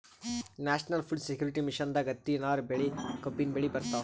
national food security ಮಿಷನ್ದಾಗ್ ಹತ್ತಿ, ನಾರ್ ಬೆಳಿ, ಕಬ್ಬಿನ್ ಬೆಳಿ ಬರ್ತವ್